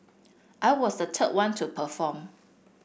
I was the third one to perform